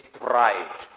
pride